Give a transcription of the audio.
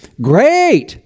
Great